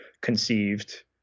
conceived